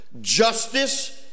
Justice